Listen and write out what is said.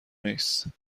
نیست